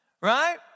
Right